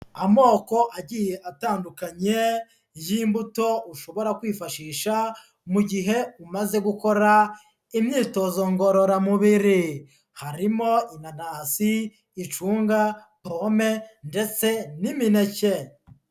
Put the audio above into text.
Amoko agiye atandukanye y'imbuto ushobora kwifashisha mu gihe umaze gukora imyitozo ngororamubiri. Harimo inanasi, icunga, pome ndetse n'imineke.